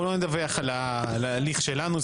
אנחנו לא נדווח על ההליך שלנו,